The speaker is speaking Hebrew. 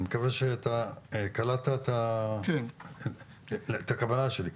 אני מקווה שאתה קלטת את הכוונה שלי.